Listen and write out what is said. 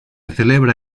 celebra